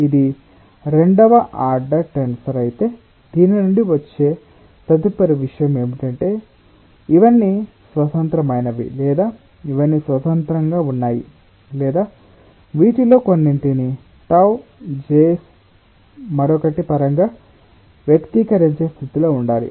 ఇది రెండవ order tensor అయితే దీని నుండి వచ్చే తదుపరి విషయం ఏమిటంటే ఇవన్నీ స్వతంత్రమైనవి లేదా ఇవన్నీ స్వతంత్రంగా ఉన్నాయి లేదా వీటిలో కొన్నింటిని 𝜏𝑖𝑗's మరొకటి పరంగా వ్యక్తీకరించే స్థితిలో ఉండాలి